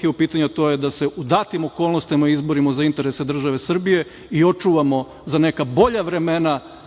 KiM u pitanju, a to je da se u datim okolnostima izborima za interese države Srbije i očuvamo za neka bolja vremena,